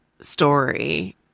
story